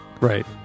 right